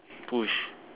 push